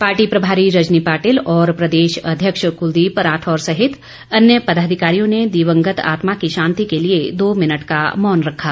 party प्रभारी रजनी पाटिल और प्रदेश अध्यक्ष क्लदीप राठौर सहित अन्य पदाधिकारियों ने दिवंगत आत्मा की शांति के लिए दो मिनट का मौन रखा